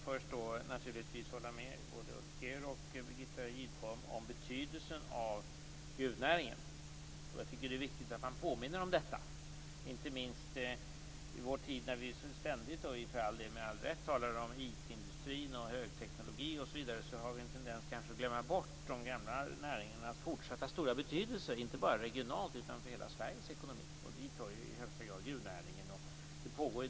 Fru talman! Jag vill hålla med både Ulf Kero och Birgitta Gidblom om betydelsen av gruvnäringen. Det är viktigt att påminna om detta. Inte minst när vi nu - med all rätt - talar om IT-industrin och högteknologi osv. har vi en tendens att glömma bort de gamla näringarnas fortsatta betydelse, inte bara regionalt men också för hela Sveriges ekonomi. Dit hör i högsta grad gruvnäringen.